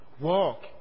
Walk